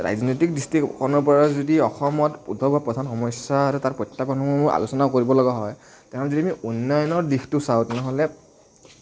ৰাজনৈতিক দৃষ্টিকোণৰ পৰা যদি অসমত উদ্ধৱ হোৱা প্ৰধান সমস্যা আৰু তাৰ সমাধানসমূহ আলোচনা কৰিবলগা হয় তেনেহ'লে যদি উন্নয়নৰ দিশটো চাওঁ তেনেহ'লে